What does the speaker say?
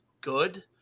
good